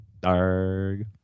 Darg